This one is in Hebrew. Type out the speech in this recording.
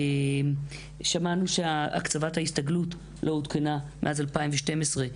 שמענו שהקצבת ההסתגלות לא עודכנה מאז 2012,